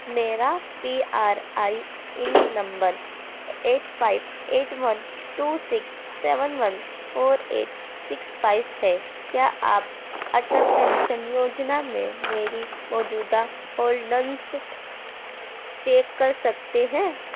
میرا P R I N number eight five eight one two six seven one four eight six five ہے کیا آپ Atal pension Yojana میں میری موجودہ ہولڈنس چیک کر سکتے ہیں